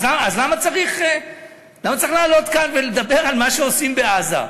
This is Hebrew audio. אז למה צריך לעלות כאן ולדבר על מה שעושים בעזה?